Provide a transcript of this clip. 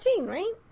right